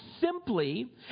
simply